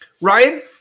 ryan